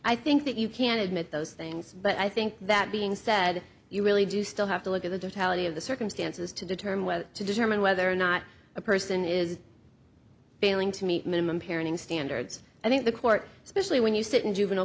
i think that you can admit those things but i think that being said you really do still have to look at the totality of the circumstances to determine whether to determine whether or not a person is failing to meet minimum parenting standards i think the court especially when you sit in juvenile